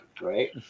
Right